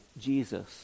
Jesus